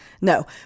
No